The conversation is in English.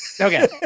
Okay